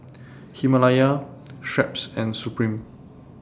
Himalaya Schweppes and Supreme